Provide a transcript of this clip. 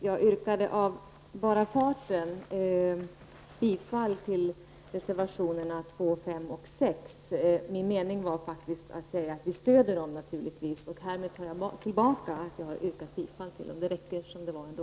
Fru talman! Av bara farten yrkade jag bifall till reservationerna 2, 5 och 6. Min avsikt var att säga att vi naturligtvis stöder dessa reservationer, och härmed tar jag tillbaka mitt yrkande om bifall.